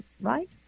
Right